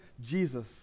Jesus